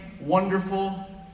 wonderful